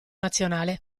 nazionale